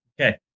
Okay